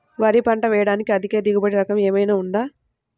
వరి పంట వేయటానికి అధిక దిగుబడి రకం ఏమయినా ఉందా?